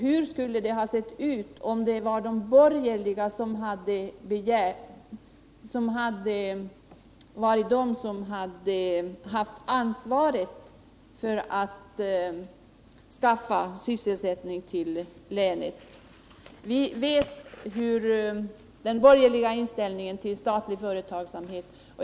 Hur skulle det ha sett ut om det hade varit de borgerliga som hade haft ansvaret för att skaffa sysselsättning till länet? Vi vet hurdan den borgerliga inställningen är till statlig företagsamhet.